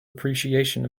appreciation